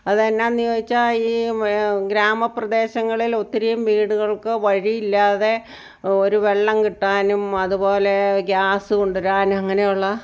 അത് എന്താന്ന് ചോദിച്ചാൽ ഈ ഗ്രാമ പ്രദേശങ്ങളിൽ ഒത്തിരിയും വീടുകൾക്ക് വഴി ഇല്ലാതെ ഒരു വെള്ളം കിട്ടാനും അതുപോലെ ഗ്യാസ് കൊണ്ടു വരാനും അങ്ങനെയുള്ള